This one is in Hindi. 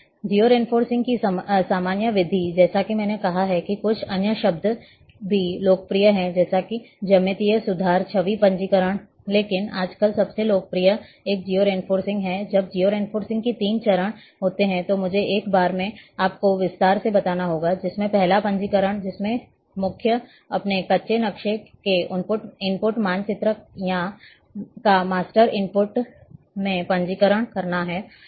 जियो रेफरेंसिंग की सामान्य विधि जैसा कि मैंने कहा है कि कुछ अन्य शब्द भी लोकप्रिय हैं जैसे कि ज्यामितीय सुधार छवि पंजीकरण लेकिन आजकल सबसे लोकप्रिय एक जियो रेफ़रेंसिंग है जब जियो रेफरेंसिंग के तीन चरण होते हैं तो मुझे इस बारे में आप को विस्तार से बताना होगा जिसमें पहला पंजीकरण है जिसमें मुख्य अपने कच्चे नक्शे के इनपुट मानचित्र का मास्टर इनपुट मैं पंजीकरण करना है